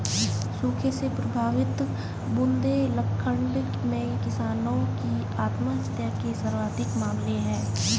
सूखे से प्रभावित बुंदेलखंड में किसानों की आत्महत्या के सर्वाधिक मामले है